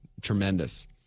tremendous